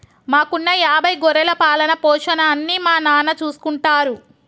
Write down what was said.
మాకున్న యాభై గొర్రెల పాలన, పోషణ అన్నీ మా నాన్న చూసుకుంటారు